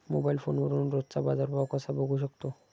Mobile फोनवरून रोजचा बाजारभाव कसा बघू शकतो?